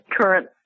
current